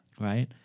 Right